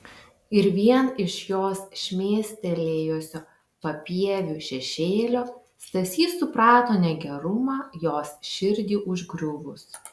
ir vien iš jos šmėstelėjusio papieviu šešėlio stasys suprato negerumą jos širdį užgriuvus